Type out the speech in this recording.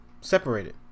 Separated